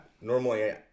Normally